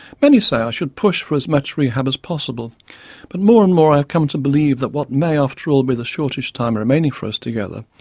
many say i should push for as much rehab as possible but more and more i have come to believe that what may, after all, be the shortish time remaining for us together,